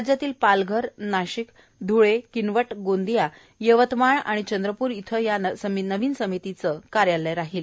राज्यातील पालघर नाशिक ध्ळे किनवट गोंदिया यवतमाळ आणि चंद्रपूर इथं हे नवीन समितीचे कार्यालय राहणार आहे